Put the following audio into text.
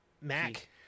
Mac